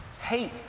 Hate